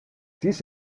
dies